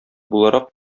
буларак